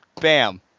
Bam